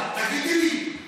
תגידי לי,